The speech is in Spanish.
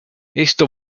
esto